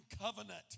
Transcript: covenant